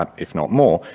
um if not more,